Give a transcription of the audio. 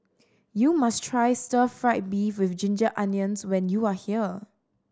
you must try stir fried beef with ginger onions when you are here